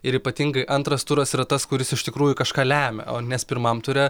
ir ypatingai antras turas yra tas kuris iš tikrųjų kažką lemia o nes pirmam ture